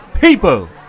PEOPLE